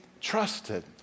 trusted